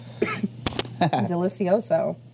Delicioso